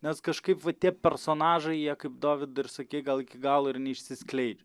nes kažkaip va tie personažai jie kaip dovydai ir sakei gal iki galo ir neišsiskleidžia